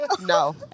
no